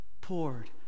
poured